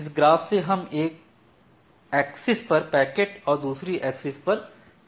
इस ग्राफ में हम एक एक्सिस पर पैकेट और दूसरी एक्सिस पर समय दिखा रहे हैं